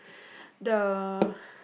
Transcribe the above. the